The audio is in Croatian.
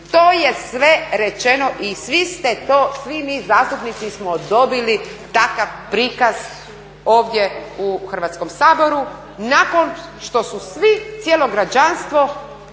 To je sve rečeno i svi mi zastupnici smo dobili takav prikaz ovdje u Hrvatskom saboru nakon što su svi, cijelo građanstvo,